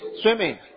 swimming